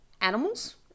animals